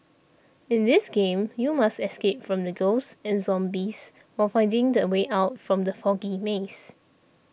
in this game you must escape from ghosts and zombies while finding the way out from the foggy maze